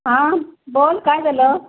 हां बोल काय झालं